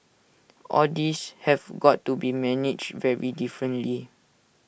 all these have got to be managed very differently